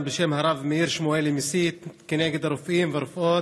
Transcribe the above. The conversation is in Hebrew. בשם הרב מאיר שמואלי מסית כנגד הרופאים והרופאות,